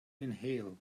inhale